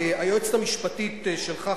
היועצת המשפטית שלך,